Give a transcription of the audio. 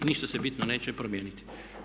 Ništa se bitno neće promijeniti.